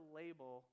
label